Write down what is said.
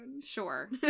Sure